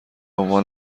عنوان